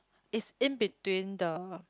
it's in between the